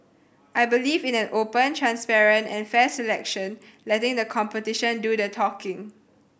I believe in an open transparent and fair selection letting the competition do the talking